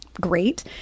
great